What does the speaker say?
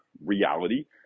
reality